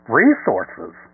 resources